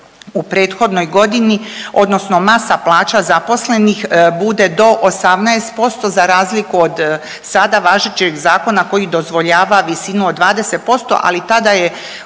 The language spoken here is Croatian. u prethodnoj godini odnosno masa plaća zaposlenih bude do 18% za razliku od sada važećeg zakona koji dozvoljava visinu od 20% ali tada je